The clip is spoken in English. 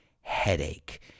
headache